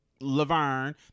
Laverne